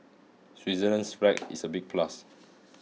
Switzerland's flag is a big plus